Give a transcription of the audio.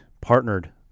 partnered